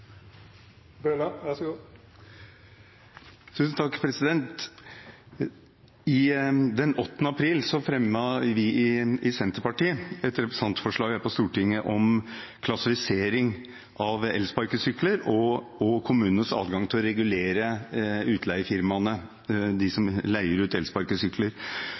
april fremmet vi i Senterpartiet et representantforslag her på Stortinget om klassifisering av elsparkesykler og kommunenes adgang til å regulere utleiefirmaene, de som leier ut elsparkesykler.